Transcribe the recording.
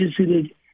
visited